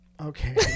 Okay